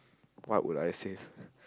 what would I save